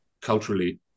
culturally